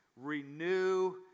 Renew